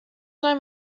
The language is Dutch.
zijn